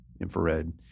infrared